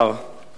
חברי הכנסת,